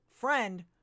friend